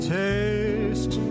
taste